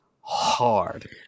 hard